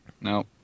No